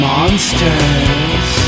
Monsters